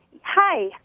Hi